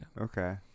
Okay